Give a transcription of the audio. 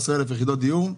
13,000 יחידות דיור,